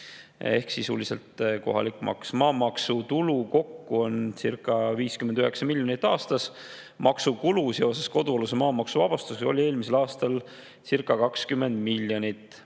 ehk on sisuliselt kohalik maks. Maamaksutulu kokku oncirca59 miljonit eurot aastas. Maksukulu seoses kodualuse maa maksuvabastusega oli eelmisel aastalcirca20 miljonit eurot.